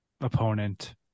opponent